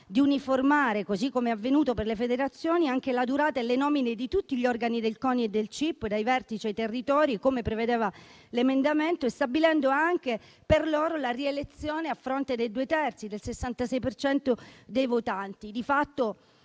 di uniformare, così come è avvenuto per le federazioni, anche la durata e le nomine di tutti gli organi del CONI e del CIP dai vertici ai territori, come prevedeva l'emendamento, e stabilendo anche per loro la rielezione a fronte dei due terzi, del 66 per cento